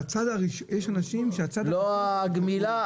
יש אנשים שהצעד הראשון --- לא הגמילה,